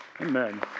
Amen